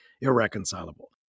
irreconcilable